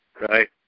Right